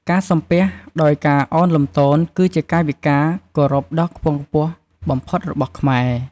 ការសំពះដោយការឱនលំទោន គឺជាកាយវិការគោរពដ៏ខ្ពង់ខ្ពស់បំផុតរបស់ខ្មែរ។